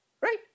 Right